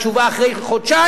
בתשובה אחרי חודשיים,